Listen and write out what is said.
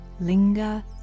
linger